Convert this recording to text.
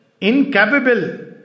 incapable